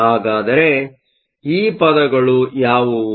ಹಾಗಾದರೆಈ ಪದಗಳು ಯಾವುವು